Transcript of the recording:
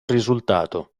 risultato